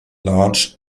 large